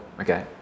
okay